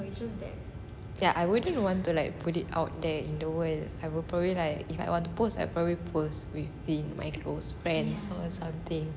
ya I wouldn't want to like put it out there in the world I will probably like if I want to post I probably post within my close friends and something